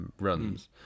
runs